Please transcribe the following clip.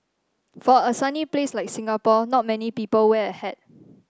for a sunny place like Singapore not many people wear a hat